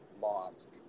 mosque